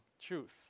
truth